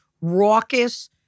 raucous